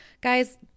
guys